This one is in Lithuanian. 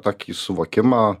tokį suvokimą